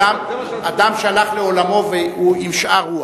אדם שהלך לעולמו והוא עם שאר רוח.